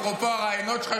אפרופו הרעיונות שלך,